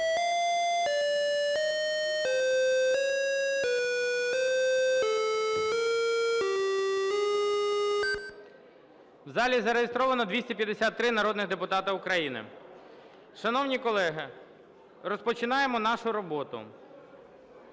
У залі зареєстровано 253 народні депутати України. Шановні колеги, розпочинаємо нашу роботу.